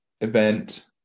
event